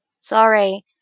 Sorry